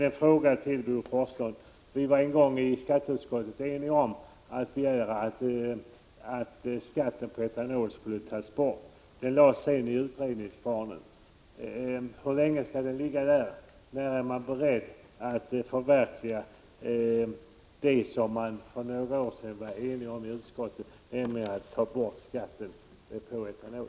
En fråga: Vi var i skatteutskottet eniga om att skatten på etanol skulle tas bort. Den frågan har hamnat i en utredning. Hur länge skall den ligga där? Vi var ju eniga om att ta bort skatten på etanol.